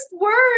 words